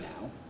now